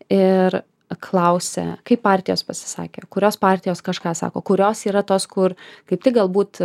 ir klausia kaip partijos pasisakė kurios partijos kažką sako kurios yra tos kur kaip tik galbūt